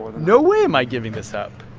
no way am i giving this up